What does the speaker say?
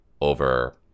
over